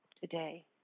today